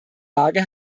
lage